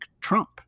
Trump